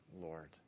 Lord